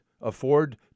afford